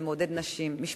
זה מעודד נשים, משפחות,